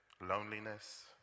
loneliness